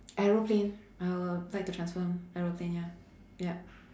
aeroplane I will like to transform aeroplane ya yup